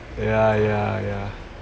yeah yeah yeah